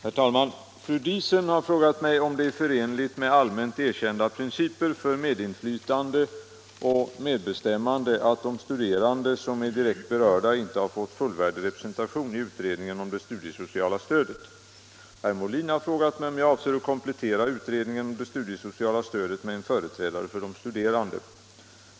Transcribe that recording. Herr talman! Fru Diesen har frågat mig om det är förenligt med allmänt erkända principer för medinflytande och medbestämmande att de studerande som är direkt berörda inte har fått en fullvärdig representation i utredningen om det studiesociala stödet. Herr Molin har frågat mig om jag avser att komplettera utredningen om det studiesociala stödet med en företrädare för de studerande.